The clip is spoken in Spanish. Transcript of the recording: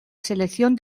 selección